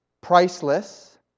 priceless